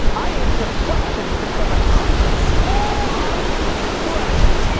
i answer questions in front of hundreds of my friends.